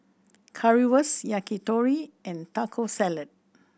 Currywurst Yakitori and Taco Salad